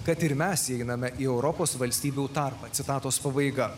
kad ir mes įeiname į europos valstybių tarpą citatos pabaiga